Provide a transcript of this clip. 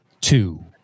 two